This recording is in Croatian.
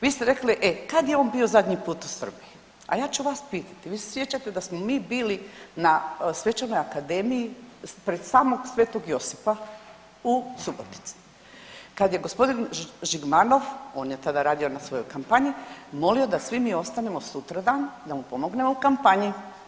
Vi ste rekli: „E kada je on bio zadnji put u Srbiji?“ A ja ću vas pitati, vi se sjećate da smo mi bili na Svečanoj akademiji pred samog Sv. Josipa u Subotici kada je gospodin Žigmanov on je tada radio na svojoj kampanji molio da svi mi ostanemo sutradan da mu pomognemo u kampanji.